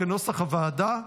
כנוסח הוועדה.